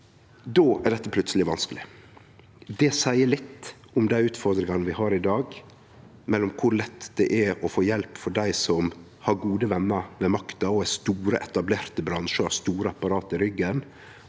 då er dette plutseleg vanskeleg. Det seier litt om dei utfordringane vi har i dag, om kor lett det er å få hjelp for dei som har gode vener ved makta og er store, etablerte bransjar som har store apparat i ryggen,